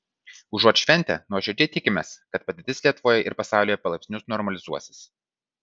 užuot šventę nuoširdžiai tikimės kad padėtis lietuvoje ir pasaulyje palaipsniui normalizuosis